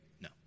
No